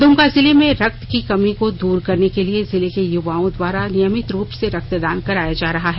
दुमका जिले में रक्त की कमी को दूर करने के लिए जिले के युवाओं द्वारा नियमित रूप से रक्तदान कराया जा रहा है